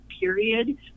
period